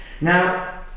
Now